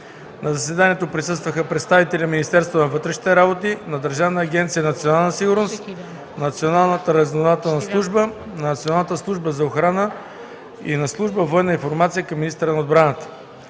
На заседанието присъстваха представители на Министерството на вътрешните работи, на Държавната агенция „Национална сигурност”, на Националната разузнавателна служба, на Националната служба за охрана и на служба „Военна информация” към министъра на отбраната.